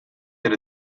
they